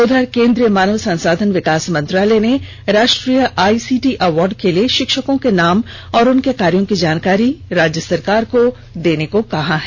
उधर केंद्रीय मानव संसाधन विकास मंत्रालय ने राष्ट्रीय आईसीटी अवार्ड के लिए शिक्षकों के नाम और उनके कार्यो की जानकारी राज्य सरकार से देने को कहा है